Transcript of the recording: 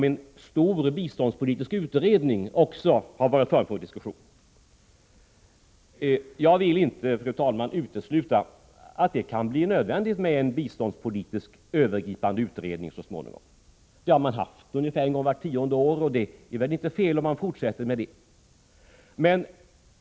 En stor biståndspolitisk utredning har också varit föremål för diskussion. Jag vill, fru talman, inte utesluta att det så småningom kan bli nödvändigt med en övergripande biståndspolitisk utredning. En sådan utredning har gjorts ungefär vart tionde år, och det är väl inte fel att fortsätta på det sättet.